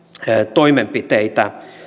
toimenpiteitä